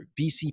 BCP